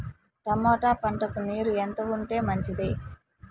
Tomato పంటకు నీరు ఎంత ఉంటే మంచిది?